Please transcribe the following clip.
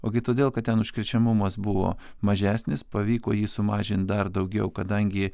ogi todėl kad ten užkrečiamumas buvo mažesnis pavyko jį sumažint dar daugiau kadangi